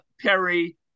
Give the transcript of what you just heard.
Perry